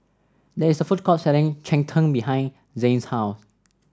there is a food court selling Cheng Tng behind Zayne's house